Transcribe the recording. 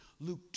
Luke